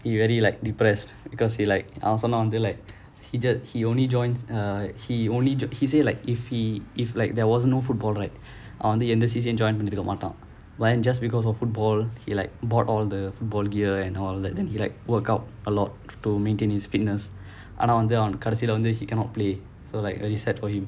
he very like depressed because he like I also know until like he only joins uh he only jo~ he say like if he if like there wasn't no football right அவன் வந்து எந்த:avan vanthu entha C_C_A join பண்ணி இருக்க மாட்டான்:panni irukka maataan but then just because for football he like bought all the football gear and all and then he like workout a lot to maintain his fitness ஆனா வந்து கடைசில வந்து:aanaa vanthu kadaisila vanthu he cannot play so like very sad for him